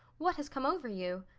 what has come over you?